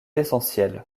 essentiel